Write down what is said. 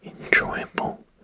enjoyable